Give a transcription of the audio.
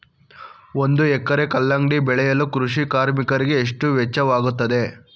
ಒಂದು ಎಕರೆ ಕಲ್ಲಂಗಡಿ ಬೆಳೆಯಲು ಕೃಷಿ ಕಾರ್ಮಿಕರಿಗೆ ಎಷ್ಟು ವೆಚ್ಚವಾಗುತ್ತದೆ?